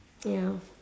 ya